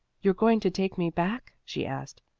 you're going to take me back? she asked.